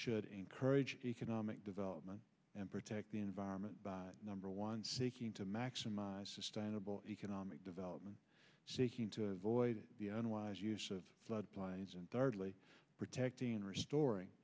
should encourage economic development and protect the environment by number one seeking to maximize sustainable economic development seeking to avoid the unwise use of flood plains and thirdly protecting and restoring